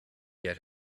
get